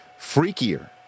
freakier